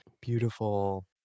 Beautiful